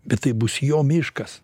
bet tai bus jo miškas